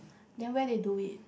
then where they do it